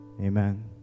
Amen